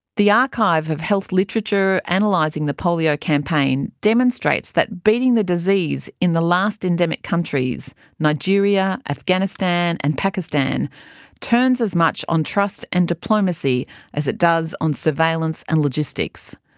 the archive of health literature analysing the polio campaign demonstrates that beating the disease in the last endemic countries nigeria, afghanistan and pakistan turns as much on trust and diplomacy as it does on surveillance and logistics,